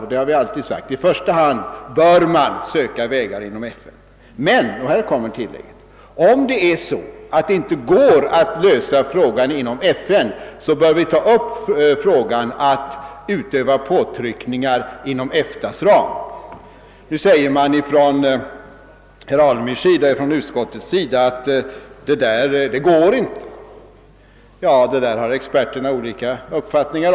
Vi har alltid sagt, att i första hand bör man söka utvägar till frågans lösning inom FN men, och här kommer tillägget: Om det inte går att lösa frågan inom FN, bör vi ta upp den och utöva påtryckningar inom EFTA:s ram. Av herr Alemyr och från utskottets sida får vi visserligen höra att det inte går. Om den saken har emellertid experterna olika uppfattningar.